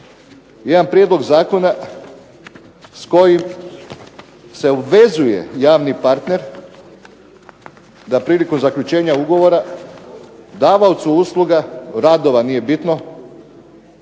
jedan prijedlog zakona s kojim se obvezuje javni partner da prilikom zaključenja ugovora davaocu usluga, radova, nije bitno